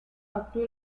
actuó